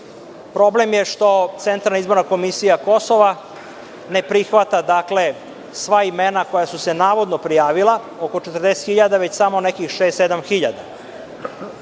Problem je, što Centralna izborna komisija Kosova ne prihvata, dakle, sva imena koja su se navodno prijavila oko 40.000, već samo nekih šest